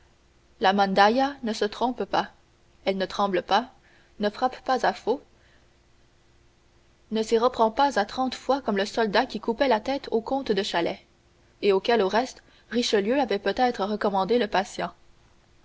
la mandaïa ne se trompe pas elle ne tremble pas ne frappe pas à faux ne s'y reprend pas à trente fois comme le soldat qui coupait la tête au comte de chalais et auquel au reste richelieu avait peut-être recommandé le patient